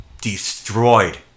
destroyed